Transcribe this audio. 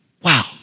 Wow